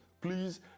please